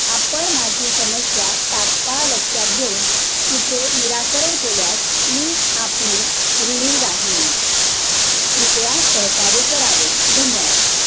आपण माझी समस्या तात्काळ लक्षात घेऊन तिचे निराकरण केल्यास मी आपली ऋणी राहीन कृपया सहकार्य करावे धन्यवाद